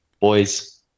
Boys